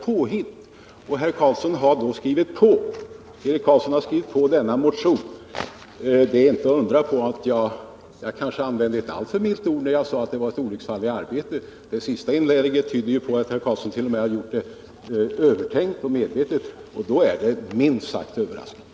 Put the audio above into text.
Eric Carlsson har skrivit på denna motion. Jag använde kanske ett alltför milt uttryck när jag sade att det var ett olycksfall i arbetet. Det senaste inlägget tyder på att Eric Carlsson gjort det övertänkt och medvetet, och då är det minst sagt överraskande.